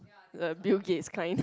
the Bill Gates kind